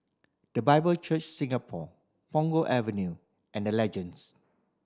The Bible Church Singapore Punggol Avenue and The Legends